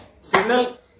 Signal